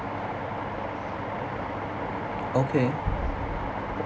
okay